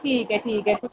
ठीक ऐ ठीक ऐ